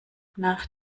nach